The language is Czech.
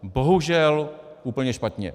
Bohužel úplně špatně.